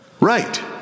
Right